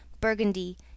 Burgundy